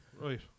Right